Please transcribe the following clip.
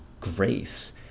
grace